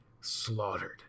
slaughtered